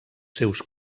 seus